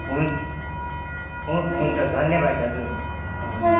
हुन्छ हु हुन्छ धन्यवाद दाजु हुन्छ